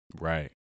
Right